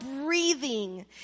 breathing